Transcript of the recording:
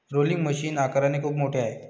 rolling machine आकाराने खूप मोठे आहे